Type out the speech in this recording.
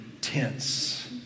tense